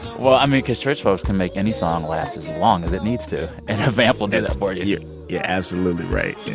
well, i mean, cause church folks can make any song last as long as it needs to, and a vamp will do that for you you're absolutely right. yeah.